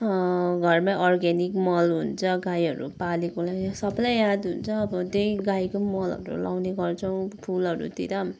घरमै अर्ग्यानिक मल हुन्छ गाईहरू पालेकोलाई सबलाई याद हुन्छ अब त्यही गाईकै मलहरू लाउने गर्छौँ फुलहरूतिर पनि